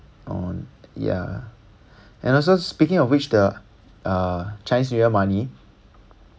on ya and also speaking of which the uh chinese new year money